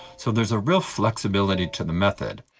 so there's a real flexibility to the method.